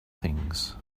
things